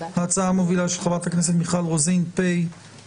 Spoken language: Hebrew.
ההצעה המובילה של חברת הכנסת מיכל רוזין פ/24/464,